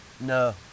No